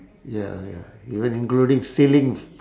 ya ya even including stealing